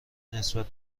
نسبت